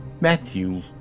Matthew